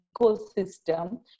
ecosystem